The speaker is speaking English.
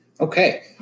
Okay